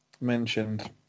mentioned